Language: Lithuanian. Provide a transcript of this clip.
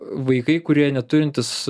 vaikai kurie neturintys